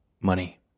money